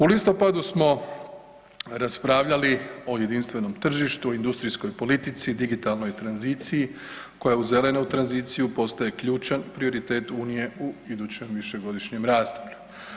U listopadu smo raspravljali o jedinstvenom tržištu, industrijskoj politici, digitalnoj tranziciji koja uz zelenu tranziciju postaje ključan prioritet unije u idućem višegodišnjem razdoblju.